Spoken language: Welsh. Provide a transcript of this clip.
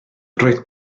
roedd